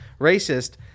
racist